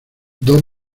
dos